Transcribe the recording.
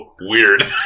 weird